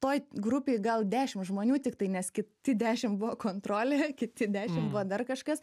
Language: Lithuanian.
toj grupėj gal dešimt žmonių tiktai nes kiti dešimt buvo kontrolė kiti dešimt buvo dar kažkas